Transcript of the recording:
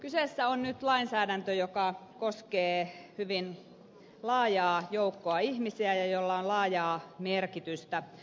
kyseessä on nyt lainsäädäntö joka koskee hyvin laajaa joukkoa ihmisiä ja jolla on laajaa merkitystä